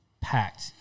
packed